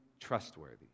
trustworthy